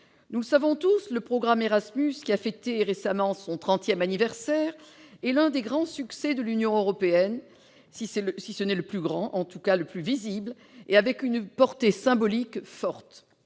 Nous le savons tous, le programme Erasmus, dont on a fêté récemment le trentième anniversaire, est l'un des grands succès de l'Union européenne, si ce n'est le plus grand, en tout cas le plus visible d'entre eux, d'une portée symbolique forte.